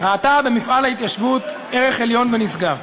ראתה במפעל ההתיישבות ערך עליון ונשגב.